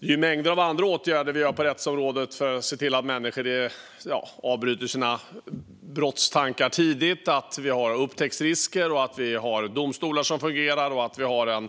Det är mängder av andra åtgärder som vi vidtar på rättsområdet för att se till att människor avbryter sina brottstankar tidigt, att vi har upptäcktsrisker, att vi har domstolar som fungerar och att vi har en